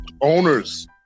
owners